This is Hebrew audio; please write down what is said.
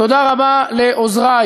תודה רבה לעוזרי,